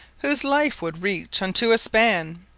whose life would reach unto a span,